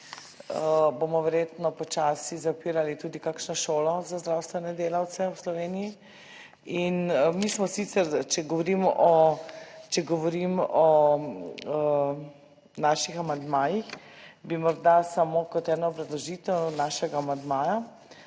bomo verjetno počasi zapirali tudi kakšno šolo za zdravstvene delavce v Sloveniji in mi smo sicer, če govorim o, če govorim o naših amandmajih, bi morda samo kot eno obrazložitev našega amandmaja